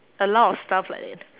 a lot of stuff like that